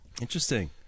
Interesting